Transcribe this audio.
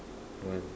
one